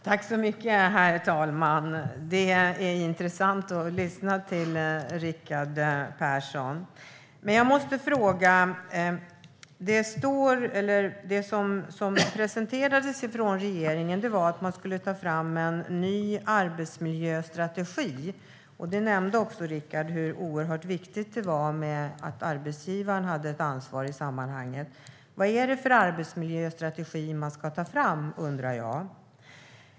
Herr talman! Det är intressant att lyssna till Rickard Persson. Jag måste ställa några frågor. Det som presenterades från regeringen var att man skulle ta fram en ny arbetsmiljöstrategi. Rickard nämnde också hur oerhört viktigt det är att arbetsgivaren har ett ansvar i sammanhanget. Vad är det för arbetsmiljöstrategi man ska ta fram? Det undrar jag.